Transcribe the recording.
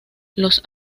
los